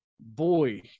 boy